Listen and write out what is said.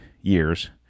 years